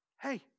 Hey